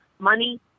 Money